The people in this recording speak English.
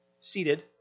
Seated